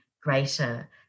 greater